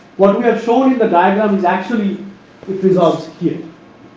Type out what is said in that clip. what we have shown in the diagram actually it resolves here